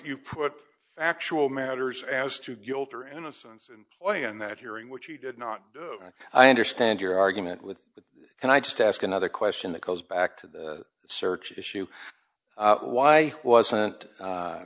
you put actual matters as to guilt or innocence and ploy in that hearing which you did not like i understand your argument with and i just ask another question that goes back to the search issue why wasn't